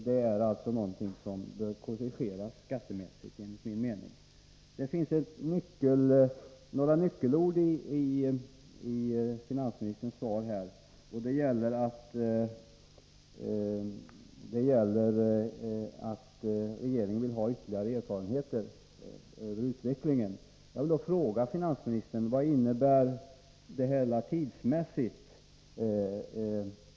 Detta är alltså någonting som enligt min mening skattemässigt bör korrigeras. Det finns några nyckelord i finansministerns svar, nämligen att regeringen vill ha ytterligare erfarenheter av utvecklingen. Jag vill fråga finansministern: Vad innebär det hela tidsmässigt?